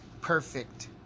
perfect